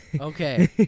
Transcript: Okay